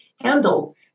handle